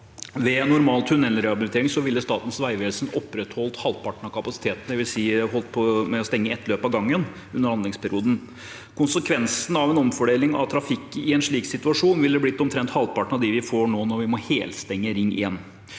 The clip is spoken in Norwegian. Ved normal tunnelrehabilitering ville Statens vegvesen opprettholdt halvparten av kapasiteten, det vil si å stenge ett løp av gangen under anleggsperioden. Konsekvensene av en omfordeling av trafikk i en slik situasjon ville blitt omtrent halvparten av dem vi får nå, når vi må helstenge Ring 1.